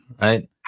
right